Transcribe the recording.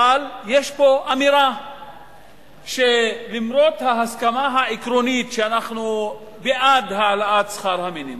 אבל יש פה אמירה שלמרות ההסכמה העקרונית שאנחנו בעד העלאת שכר מינימום,